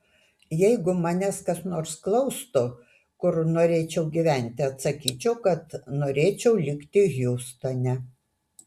jeigu manęs kas nors klaustų kur norėčiau gyventi atsakyčiau kad norėčiau likti hjustone